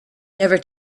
never